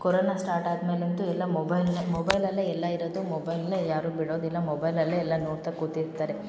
corona start ಆದ್ಮೇಲೆ ಅಂತು ಎಲ್ಲ ಮೊಬೈಲ್ನೆ ಮೊಬೈಲಲ್ಲೆ ಎಲ್ಲ ಇರೊದು ಮೊಬೈಲ್ನೆ ಯಾರು ಬಿಡೋದಿಲ್ಲ ಮೊಬೈಲಲ್ಲೆ ಎಲ್ಲ ನೋಡ್ತಾ ಕೂತಿರ್ತಾರೆ